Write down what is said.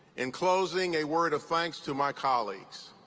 in closing, a word of thanks to my colleagues,